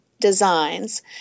designs